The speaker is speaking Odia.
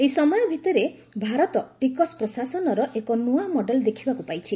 ଏହି ସମୟ ଭିତରେ ଭାରତ ଟିକସ ପ୍ରଶାସନର ଏକ ନୂଆ ମଡେଲ୍ ଦେଖିବାକୁ ପାଇଛି